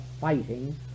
fighting